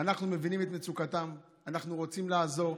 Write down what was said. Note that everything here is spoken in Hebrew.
אנחנו מבינים את מצוקתם, אנחנו רוצים לעזור,